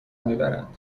میبرند